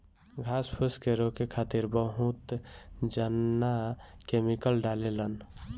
घास फूस के रोके खातिर बहुत जना केमिकल डालें लन